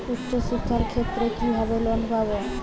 উচ্চশিক্ষার ক্ষেত্রে কিভাবে লোন পাব?